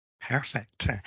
Perfect